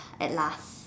at last